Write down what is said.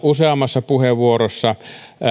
useammassa puheenvuorossa